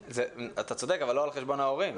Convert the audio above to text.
אתה צודק אבל לא על חשבון ההורים.